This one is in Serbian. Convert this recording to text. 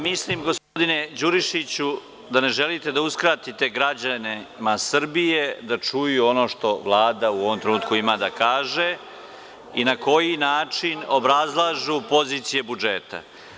Mislim, gospodine Đurišiću, da ne želite da uskratite građanima Srbije da čuju ono što Vlada u ovom trenutku ima da kaže i na koji način obrazlažu pozicije budžeta.